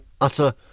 utter